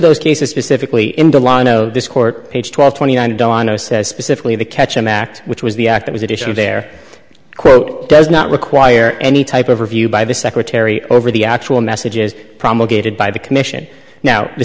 those cases specifically in delano this court page twelve twenty nine donna says specifically the ketchum act which was the act it was edition of their quote does not require any type of review by the secretary over the actual messages promulgated by the commission now the